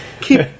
keep